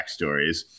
backstories